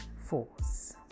force